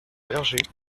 bergers